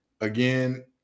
again